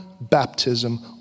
baptism